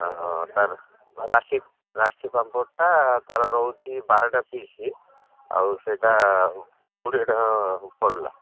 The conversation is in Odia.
ତାର ରାଶି ରାଶି ପାମ୍ପଡ଼ଟା ତାର ରହୁଛି ବାରଟା ପିସ୍ ଆଉ ସେଇଟା କୋଡ଼ିଏ ଟଙ୍କା ପଡ଼ିଲା